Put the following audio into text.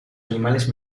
animales